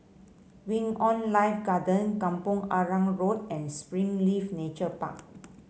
Wing On Life Garden Kampong Arang Road and Springleaf Nature Park